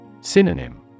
Synonym